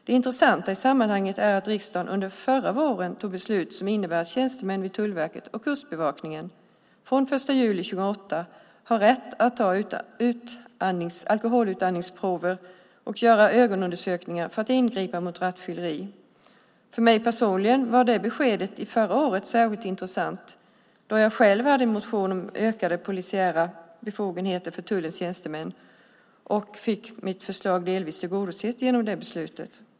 Det intressanta i sammanhanget är att riksdagen förra våren fattade beslut som innebär att tjänstemän vid Tullverket och Kustbevakningen från den 1 juli 2008 har rätt att ta alkoholutandningsprover och göra ögonundersökningar för att ingripa mot rattfylleri. För mig personligen var det beskedet under förra året särskilt intressant då jag själv hade en motion om ökade polisiära befogenheter för tullens tjänstemän, och jag fick mitt förslag delvis tillgodosett genom beslutet.